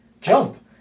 jump